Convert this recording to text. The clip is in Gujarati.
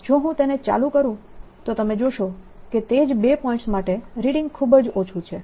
જો હું તેને ચાલુ કરું તો તમે જોશો કે તે જ બે પોઈન્ટ્સ માટે રીડિંગ ખૂબ જ ઓછું છે